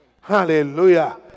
Hallelujah